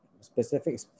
specific